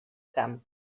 camp